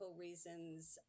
reasons